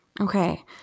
Okay